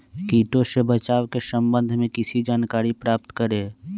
किटो से बचाव के सम्वन्ध में किसी जानकारी प्राप्त करें?